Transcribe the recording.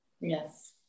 yes